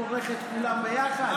כורך את כולם ביחד.